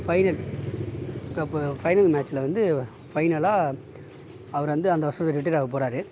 final cup final மேட்சில் வந்து ஃபைனலாக அவர் வந்து அந்த வருஷத்தோடய ரிட்டேர்ட் ஆகப் போகிறாரு